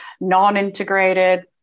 non-integrated